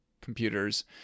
computers